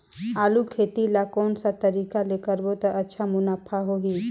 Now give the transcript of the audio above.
आलू खेती ला कोन सा तरीका ले करबो त अच्छा मुनाफा होही?